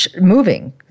moving